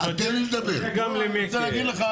--- אני מוותר.